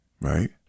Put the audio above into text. right